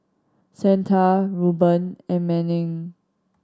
santa Reuben and Manning